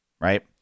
right